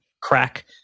crack